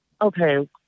Okay